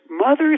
Mothers